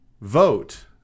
vote